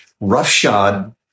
roughshod